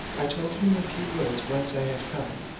i told him in a few words whence i had come,